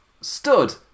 Stood